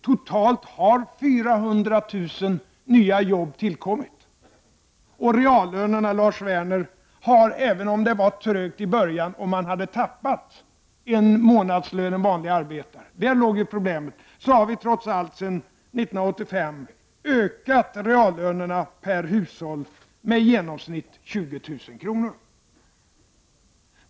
Totalt har 400 000 nya jobb tillkommit. Även om det var trögt i början, Lars Werner, och en vanlig arbetare hade tappat en månadslön — där låg problemet — har reallönerna trots allt sedan 1985 ökat med i genomsnitt 20 000 kr. per hushåll.